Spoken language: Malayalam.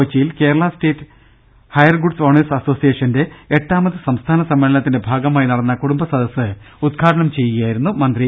കൊച്ചിയിൽ Kerala state hire goods owners അസോസിയേഷന്റെ എട്ടാമത് സംസ്ഥാന സമ്മേ ളനത്തിന്റെ ഭാഗമായി നടന്ന കുടുംബ സദസ്സ് ഉദ്ഘാടനം ചെയ്യുകയായിരു ന്നു മന്ത്രി